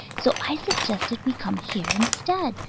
so i suggested we come here instead,